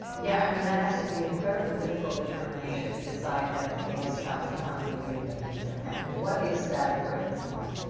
yeah i mean, that has to be and incredibly difficult determines to decide that, okay, this child cannot be reunited with their family. what is that breaking point?